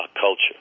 culture